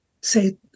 say